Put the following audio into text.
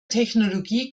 technologie